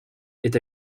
est